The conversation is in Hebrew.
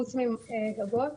חוץ מגגות.